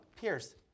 Pierce